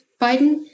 Biden